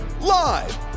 live